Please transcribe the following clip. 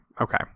okay